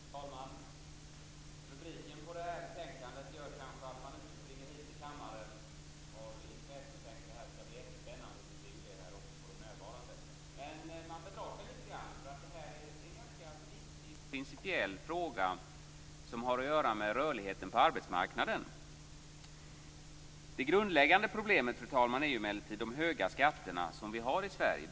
Fru talman! Rubriken på betänkandet gör kanske att man inte springer hit till kammaren och tror att ämnet skall bli jättespännande. Det ser vi också på dem som är närvarande. Men man bedrar sig lite grann. Detta är en viktig principiell fråga som rör rörligheten på arbetsmarknaden. Fru talman! Det grundläggande problemet är de höga skatterna i Sverige.